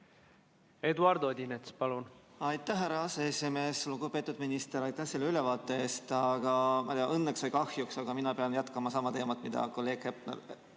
Eduard Odinets, palun! Aitäh, härra aseesimees! Lugupeetud minister, aitäh selle ülevaate eest, aga ma ei tea, kas õnneks või kahjuks, ent ma pean jätkama sama teemat, mille kolleeg Hepner